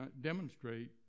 demonstrate